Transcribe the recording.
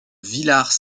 villars